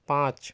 پانچ